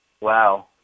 Wow